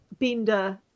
Binder